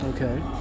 Okay